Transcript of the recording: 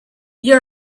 you